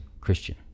Christian